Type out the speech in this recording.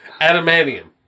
Adamantium